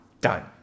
done